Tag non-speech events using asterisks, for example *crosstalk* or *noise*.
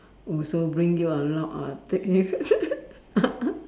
oh so bring you a lot of *laughs*